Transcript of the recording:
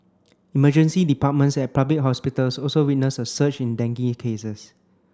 emergency departments at public hospitals also witnessed a surge in dengue cases